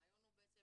הרעיון הוא בעצם